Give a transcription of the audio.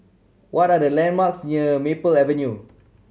what are the landmarks near Maple Avenue